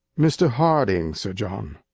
mr. harding, sir john.